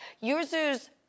users